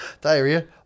diarrhea